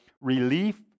relief